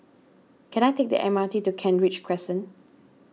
can I take the M R T to Kent Ridge Crescent